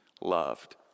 loved